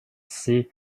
see